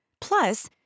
Plus